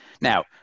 Now